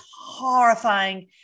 horrifying